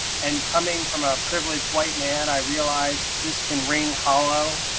and coming from a privileged white man, i realize this can ring hollow,